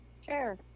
Sure